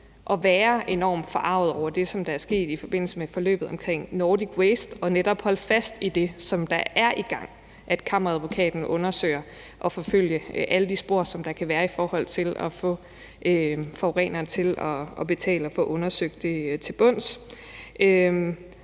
at være enormt forarget over det, som er sket i forbindelse med forløbet omkring Nordic Waste, og netop holde fast i det, som er i gang – altså at Kammeradvokaten får undersøgt og forfulgt alle de spor til bunds, som der kan være i forhold til at få forureneren til at betale – og så samtidig sige,